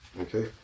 okay